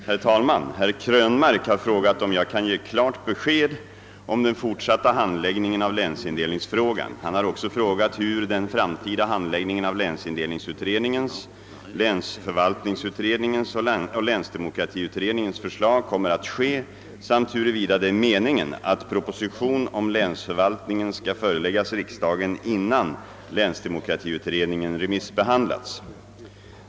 Herr talman! Herr Krönmark har frågat om jag kan ge klart besked om den fortsatta handläggningen av länsindelningsfrågan. Han har också frågat hur den framtida handläggningen av länsindelningsutredningens, länsförvaltningsutredningens och länsdemokratiutredningens förslag kommer att ske samt huruvida det är meningen att proposition om länsförvaltningen skall föreläggas riksdagen innan länsdemokratiutredningen remissbehandlats.